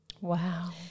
Wow